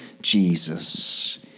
Jesus